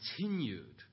continued